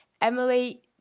Emily